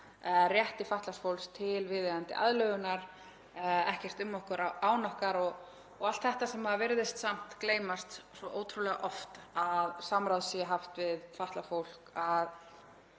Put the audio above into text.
rétti fatlaðs fólks til viðeigandi aðlögunar, ekkert um okkur án okkar og allt þetta sem virðist samt gleymast svo ótrúlega oft, að samráð sé haft við fatlað fólk, að